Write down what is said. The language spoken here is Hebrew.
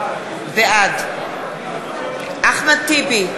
בעד אחמד טיבי,